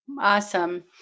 awesome